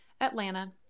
Atlanta